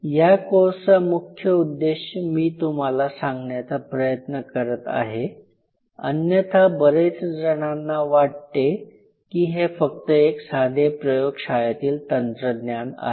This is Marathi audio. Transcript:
या कोर्सचा मुख्य उद्देश मी तुम्हाला सांगण्याचा प्रयत्न करत आहे अन्यथा बरेच जणांना वाटते की हे फक्त एक साधे प्रयोग शाळेतील तंत्रज्ञान आहे